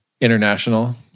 international